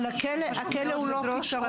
אבל הכלא הוא לא הפתרון.